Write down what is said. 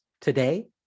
today